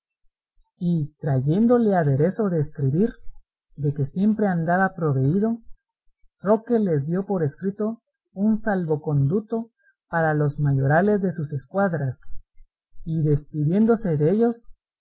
y trayéndole aderezo de escribir de que siempre andaba proveído roque les dio por escrito un salvoconduto para los mayorales de sus escuadras y despidiéndose dellos